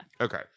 Okay